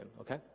okay